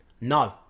No